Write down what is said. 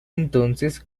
entonces